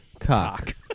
Cock